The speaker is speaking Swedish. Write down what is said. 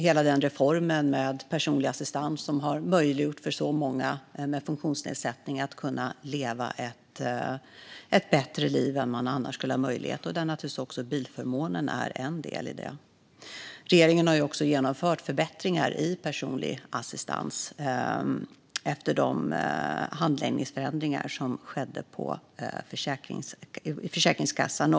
Hela reformen med personlig assistans har möjliggjort för väldigt många med funktionsnedsättning att leva ett bättre liv än vad de annars hade haft möjlighet till. Bilförmånen är naturligtvis en del i det detta. Regeringen har även genomfört förbättringar av den personliga assistansen efter de handläggningsförändringar som skedde hos Försäkringskassan.